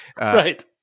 right